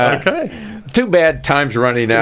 i mean too bad time's running yeah